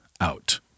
out